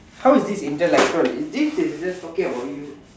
how is it intellectual this is just talking about you